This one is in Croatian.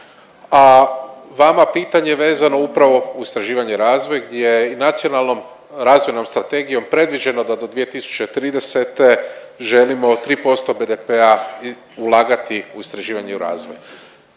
a vama pitanje vezano upravo u istraživanje i razvoj, gdje je i nacionalnom razvojnom strategijom predviđeno da do 2030. želimo 3% BDP-a ulagati u istraživanje i razvoj.